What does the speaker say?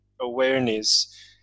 awareness